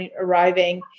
arriving